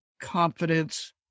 confidence